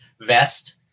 vest